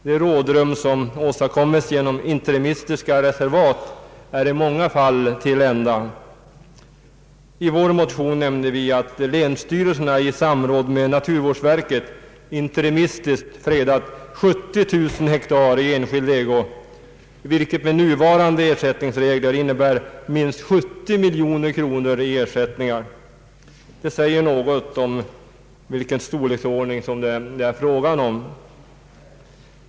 Det rådrum som åstadkommits genom interimistiska reservat är i många fall till ända. I vår motion nämnde vi att länsstyrelserna i samråd med naturvårdsverket interimistiskt fredat 70 000 hektar i enskild ägo, vilket med nuvarande ersättningsregler innebär minst 70 miljoner kronor i ersättningar. Det säger något om vilken storleksordning det är fråga om.